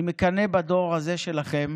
אני מקנא בדור הזה שלכם,